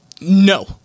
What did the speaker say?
No